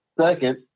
Second